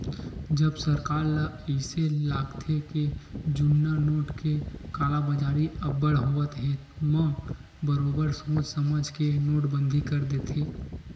जब सरकार ल अइसे लागथे के जुन्ना नोट के कालाबजारी अब्बड़ होवत हे म बरोबर सोच समझ के नोटबंदी कर देथे